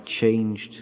changed